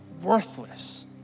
worthless